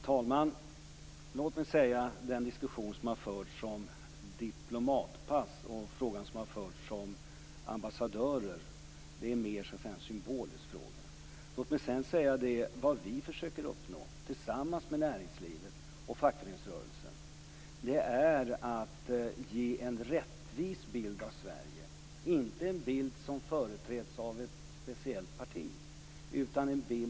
Herr talman! Den diskussion som har förts om diplomatpass och ambassadörer är en mer symbolisk fråga. Vi försöker, tillsammans med näringslivet och facket, att ge en rättvis bild av Sverige, inte en bild som företräds av ett speciellt parti.